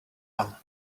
one